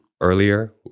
earlier